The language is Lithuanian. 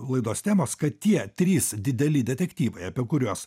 laidos temos kad tie trys dideli detektyvai apie kuriuos